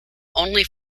only